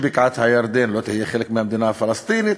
שבקעת-הירדן לא תהיה חלק מהמדינה הפלסטינית,